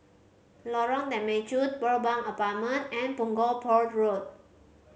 Lorong Temechut Pearl Bank Apartment and Punggol Port Road